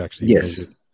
Yes